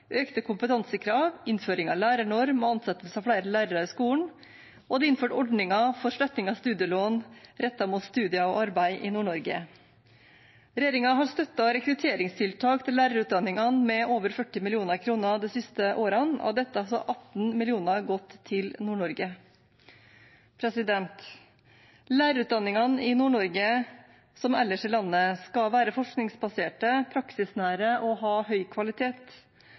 økte kompetansekrav, innføring av lærernorm og ansettelse av flere lærere i skolen, og det er innført ordninger for sletting av studielån rettet mot studier og arbeid i Nord-Norge. Regjeringen har støttet rekrutteringstiltak til lærerutdanningene med over 40 mill. kr de siste årene, og av dette har 18 mill. kr gått til Nord-Norge. Lærerutdanningene i Nord-Norge skal, som ellers i landet, være forskningsbaserte, praksisnære og ha høy kvalitet.